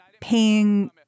paying